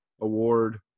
award